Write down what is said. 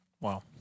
Wow